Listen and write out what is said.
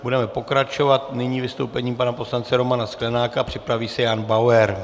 Budeme pokračovat nyní vystoupením pana poslance Romana Sklenáka a připraví se Jan Bauer.